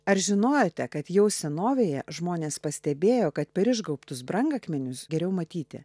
ar žinojote kad jau senovėje žmonės pastebėjo kad per išgaubtus brangakmenius geriau matyti